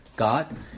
God